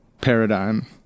paradigm